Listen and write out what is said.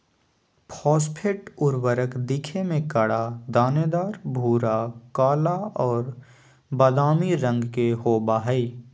phosphate उर्वरक दिखे में कड़ा, दानेदार, भूरा, काला और बादामी रंग के होबा हइ